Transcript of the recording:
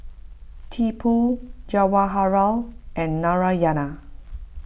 Tipu Jawaharlal and Narayana